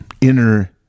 inner